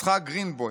יצחק גרינבוים,